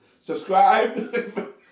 Subscribe